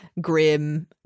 grim